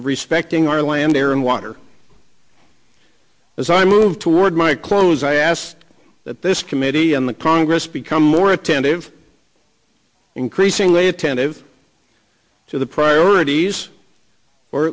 respecting our land air and water as i move toward my close i asked that this committee in the congress become more attentive increasingly attentive to the priorities or